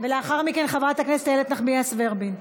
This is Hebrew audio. ולאחר מכן, חברת הכנסת איילת נחמיאס ורבין.